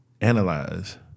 analyze